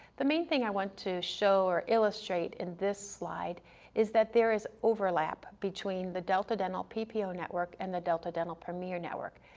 the main thing i want to show or illustrate in this slide is that there is overlap between the delta dental ppo network and the delta dental premier network.